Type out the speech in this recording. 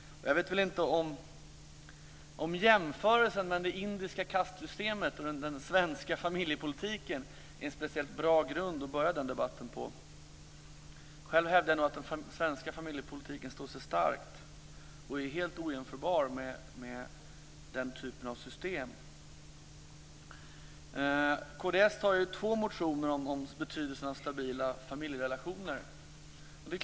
Jag vet inte om jämförelsen mellan det indiska kastsystemet och den svenska familjepolitiken är en speciellt bra grund att börja den debatten på. Själv hävdar jag nog att den svenska familjepolitiken står sig stark och är helt ojämförbar med den typen av system. Kd har två motioner om betydelsen av stabila familjerelationer.